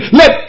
let